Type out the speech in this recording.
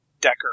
decker